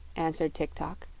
answered tik-tok,